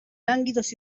lánguidos